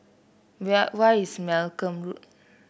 where is Malcolm Road